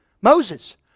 Moses